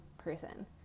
person